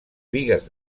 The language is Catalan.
bigues